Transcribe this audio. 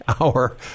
hour